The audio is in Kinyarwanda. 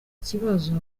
kibazo